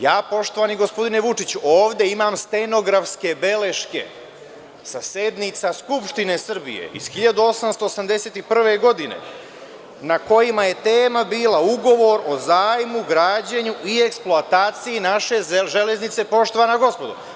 Ja, poštovani gospodine Vučiću, ovde imam stenografske beleške sa sednica Skupštine Srbije iz 1881. godine, na kojima je tema bila ugovor o zajmu, građenju i eksploataciji naše železnice, poštovana gospodo.